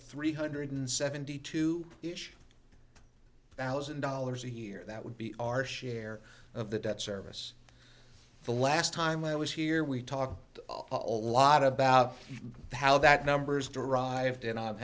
three hundred seventy two thousand dollars a year that would be our share of the debt service the last time i was here we talked a lot about how that number is derived and i'm